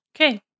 Okay